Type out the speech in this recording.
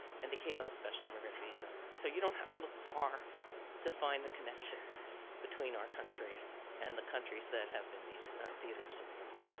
and they came on the special immigrant visa, so you don't have to look far to find the connections between our country and the countries that have been these theaters of war.